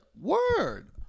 word